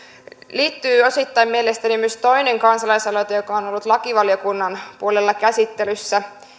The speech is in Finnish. liittyy osittain mielestäni myös toinen kansalaisaloite joka on on ollut lakivaliokunnan puolella käsittelyssä